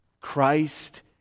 Christ